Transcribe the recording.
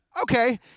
Okay